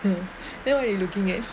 then what you looking at